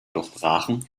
durchbrachen